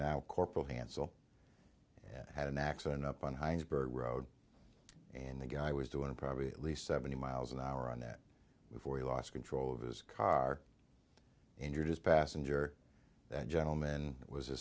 now corporal hansel and had an accident up on hines byrd road and the guy was doing probably at least seventy miles an hour on that before he lost control of his car injured his passenger that gentleman it was a